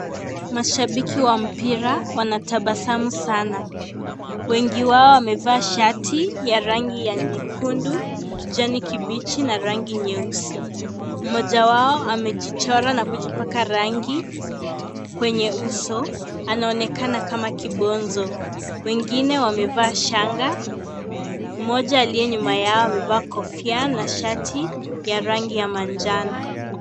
Mashabiki wa mpira, wanatabasamu sana. Wengi wao wamevaa shati ya rangi ya nyekundu, kijani kibichi na rangi nyeusi. Mmoja wao amejichora na kujipaka rangi kwenye uso anaonekana kama kibonzo. Wengine wamevaa shanga, mmoja aliye nyuma yao amevaa shati na kofia ya rangi ya manjano.